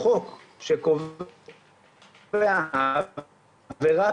החוק שקובע עבירה